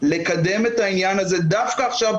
לקדם את העניין הזה דווקא עכשיו.